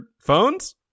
phones